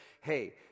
Hey